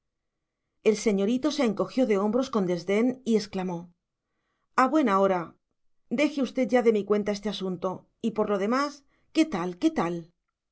el señorito se encogió de hombros con desdén y exclamó a buena hora deje usted ya de mi cuenta este asunto y por lo demás qué tal qué tal